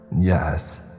Yes